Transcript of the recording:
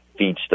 feedstuff